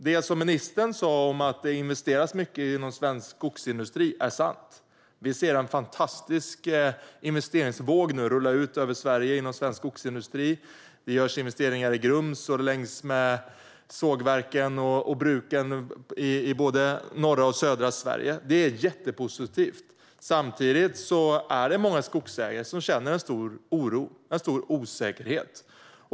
Det som ministern sa om att det investeras mycket inom svensk skogsindustri är sant. Vi ser nu en fantastisk investeringsvåg rulla ut över Sverige inom svensk skogsindustri. Det görs investeringar i Grums och vid sågverken och bruken i både norra och södra Sverige. Det är jättepositivt. Samtidigt är det många skogsägare som känner en stor oro och osäkerhet.